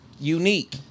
Unique